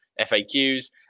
FAQs